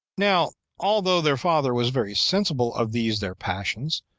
now although their father was very sensible of these their passions,